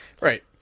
Right